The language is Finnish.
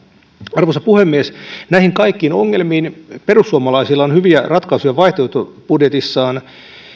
arvoisa puhemies näihin kaikkiin ongelmiin perussuomalaisilla on hyviä ratkaisuja vaihtoehtobudjetissaan